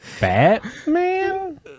Batman